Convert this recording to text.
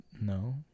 No